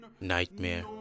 Nightmare